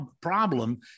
problem